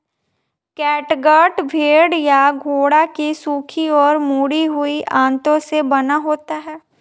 catgut भेड़ या घोड़ों की सूखी और मुड़ी हुई आंतों से बना होता है